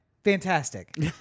Fantastic